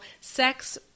sex